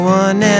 one